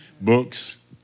Books